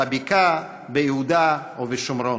בבקעה וביהודה ושומרון.